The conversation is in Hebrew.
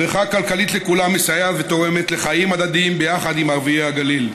פריחה כלכלית לכולם מסייעת ותורמת לחיים הדדים ביחד עם ערביי הגליל.